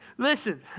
Listen